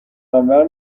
منور